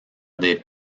des